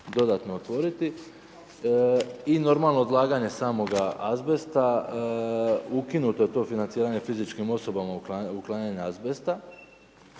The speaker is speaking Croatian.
dodatno otvoriti. I normalno, odlaganje samoga azbesta ukinuti to financiranje fizičkim osobama uklanjanje azbesta